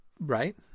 right